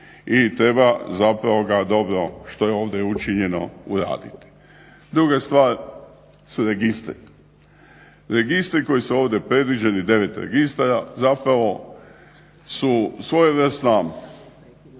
i treba zapravo ga dobro što je ovdje i učinjeno uraditi. Druga stvar su registri. Registri koji su ovdje predviđeni 9 registara zapravo su svojevrsno